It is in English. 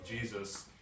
Jesus